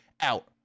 out